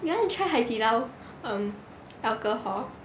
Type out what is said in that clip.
you want to try 海底捞 um alcohol